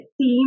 theme